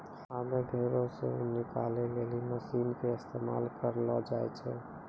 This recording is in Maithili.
आबै भेड़ो से ऊन निकालै लेली मशीन के इस्तेमाल करलो जाय छै